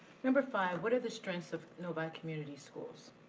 number five. what are the strengths of novi community schools?